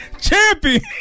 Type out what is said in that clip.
Champion